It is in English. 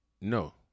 no